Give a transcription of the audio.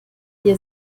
hier